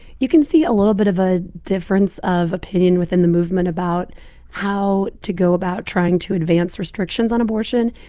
you can see a little bit of a difference of opinion within the movement about how to go about trying to advance restrictions on abortion.